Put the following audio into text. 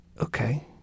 Okay